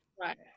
Right